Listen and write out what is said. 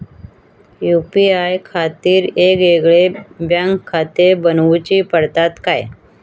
UPI खातीर येगयेगळे बँकखाते बनऊची पडतात काय?